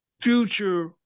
future